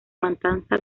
matanza